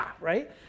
right